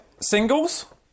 Singles